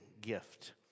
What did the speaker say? gift